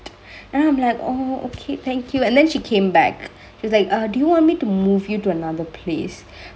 and then I'm like oh okay thank you and then she came back she was like do you want me to move you to another place